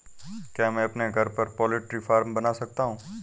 क्या मैं अपने घर पर पोल्ट्री फार्म बना सकता हूँ?